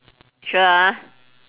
sure ah